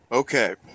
Okay